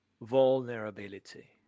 vulnerability